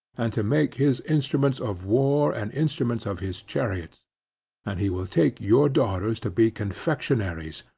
and to make his instruments of war, and instruments of his chariots and he will take your daughters to be confectionaries,